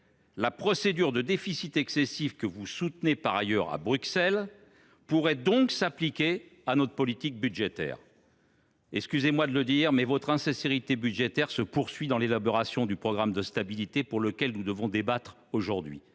La procédure pour déficit excessif, que vous défendez par ailleurs à Bruxelles, pourrait donc s’appliquer à votre politique budgétaire. Excusez moi de le dire, messieurs les ministres, mais votre insincérité budgétaire se poursuit dans l’élaboration du programme de stabilité sur lequel nous allons débattre aujourd’hui.